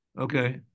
Okay